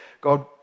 God